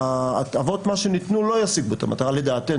הטבות המס שנתנו לא ישיגו את המטרה, לדעתי.